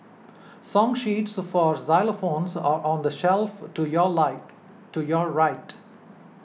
song sheets for xylophones are on the shelf to your light to your right